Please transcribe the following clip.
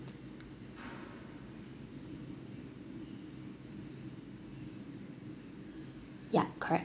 yup correct